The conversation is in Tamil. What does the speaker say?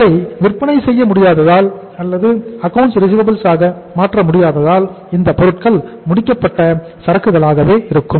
அதை விற்பனை செய்ய முடியாததால் அல்லது அக்கவுண்ட்ஸ் ரிசிவபில்ஸ் ஆக மாற்ற முடியாததால் அந்த பொருட்கள் முடிக்கப்பட்ட சரக்கு களாகவே இருக்கும்